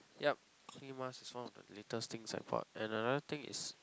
yup clay mask is one of the latest thing I bought and another thing is